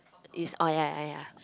is oh yea yea yea yea